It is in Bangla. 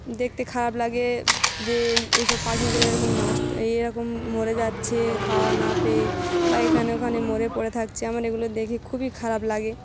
দেখতে খারাপ লাগে যে এইসব পাখিগুলো এইরকম নষ্ট এইরকম মরে যাচ্ছে খাওয়া না পেয়ে বা এখানে ওখানে মরে পড়ে থাকছে আমার এগুলো দেখে খুবই খারাপ লাগে